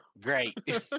Great